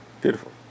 Beautiful